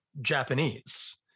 Japanese